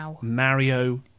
Mario